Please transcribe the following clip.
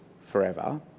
forever